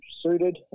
suited